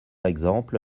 exemple